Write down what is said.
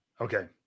Okay